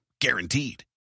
Guaranteed